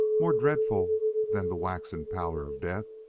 more dreadful than the waxen pallor of death,